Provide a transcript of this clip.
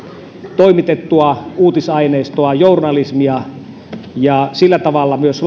toimitettua uutisaineistoa journalismia ja sillä tavalla myös